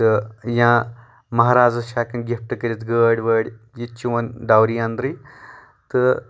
تہٕ یاں مَہرازَس چھِ ہؠکان گفٹہٕ کٔرِتھ گٲڑۍ وٲڑۍ یِتہِ چھِ یِوان ڈاوری اَندرٕے تہٕ